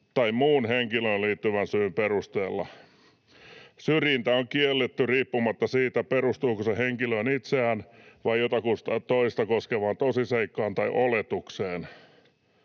tai muun henkilöön liittyvän syyn perusteella. Syrjintä on kielletty riippumatta siitä, perustuuko se henkilöä itseään vai jotakuta toista koskevaan tosiseikkaan tai oletukseen.